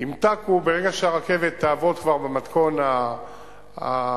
ימתקו ברגע שהרכבת תעבוד כבר במתכון העתידי,